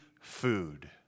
food